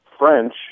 French